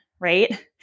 right